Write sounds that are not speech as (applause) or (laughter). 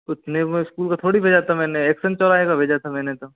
(unintelligible) school का थोड़ी भेजा था मैंने यशवंत चौराहे का भेजा था मैंने तो